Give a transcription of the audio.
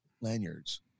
lanyards